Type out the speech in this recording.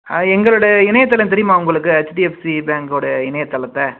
ஆ எங்களுடைய இணையதளம் தெரியுமா உங்களுக்கு ஹெச்டிஃஎப்சி பேங்க்கோடய இணையதளத்தை